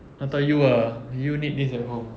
atau you ah you need this at home